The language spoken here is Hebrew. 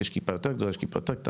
ויש כיפה יותר גדולה,